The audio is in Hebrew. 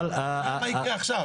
נראה מה יקרה עכשיו.